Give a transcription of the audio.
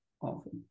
often